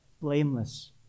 blameless